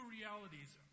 realities